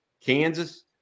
Kansas